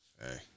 Hey